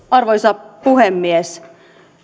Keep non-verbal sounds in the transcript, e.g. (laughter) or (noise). (unintelligible) arvoisa puhemies